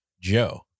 Joe